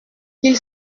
qu’il